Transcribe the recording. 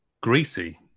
Greasy